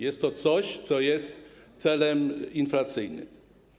Jest to coś, co jest celem inflacyjnym.